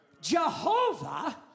Jehovah